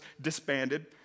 disbanded